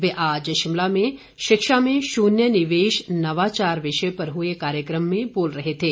वे आज शिमला में शिक्षा में शून्य निवेश नवाचार विषय पर हुए कार्यक्रम में बोल रहे थे